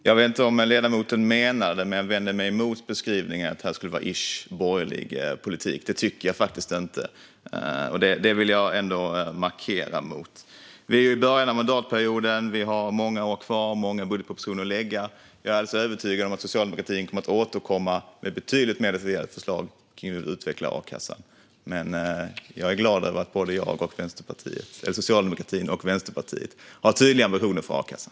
Fru talman! Jag vet inte om ledamoten menade så, men jag vänder mig emot beskrivningen att det här skulle vara borgerlig-ish politik. Det tycker jag faktiskt inte, så det vill jag ändå markera emot. Vi är i början av mandatperioden. Vi har många år kvar och många budgetpropositioner att lägga. Jag är alltså övertygad om att socialdemokratin kommer att återkomma med betydligt mer detaljerade förslag kring hur vi vill utveckla a-kassan, och jag är glad över att både socialdemokratin och Vänsterpartiet har tydliga ambitioner för a-kassan.